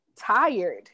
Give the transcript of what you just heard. tired